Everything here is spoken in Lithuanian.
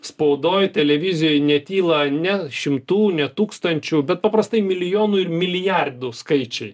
spaudoj televizijoj netyla ne šimtų ne tūkstančių bet paprastai milijonų ir milijardų skaičiai